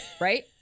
Right